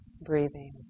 breathing